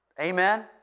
Amen